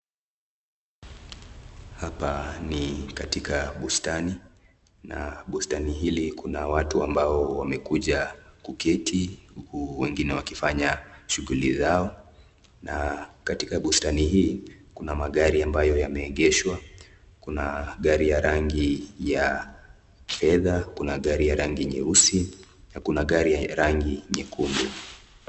Hapa ni katika bustani. Na bustani hili kuna watu ambao wamekuja kuketi huku wengine wakifanya shuguli zao. Na katika bustani hii, kuna magari ambayo yameegeshwa. Kuna gari ya rangi ya fedha, kuna gari ya rangi nyeusi na kuna gari ya rangi nyekundu.